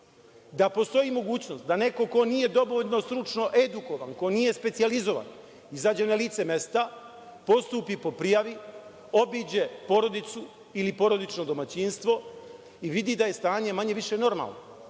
da postoji mogućnost da neko ko nije dovoljno stručno edukovan, ko nije specijalizovan, izađe na lice mesta, postupi po prijavi, obiđe porodicu ili porodično domaćinstvo i vidi da je stanje manje-više normalno,